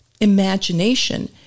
imagination